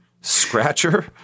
scratcher